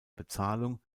bezahlung